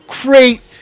great